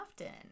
often